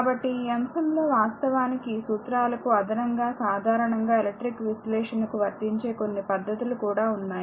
కాబట్టి ఈ అంశంలో వాస్తవానికి ఈ సూత్రాలకు అదనంగా సాధారణంగా ఎలక్ట్రిక్ సర్క్యూట్ విశ్లేషణకు వర్తించే కొన్ని పద్ధతులు కూడా వున్నాయి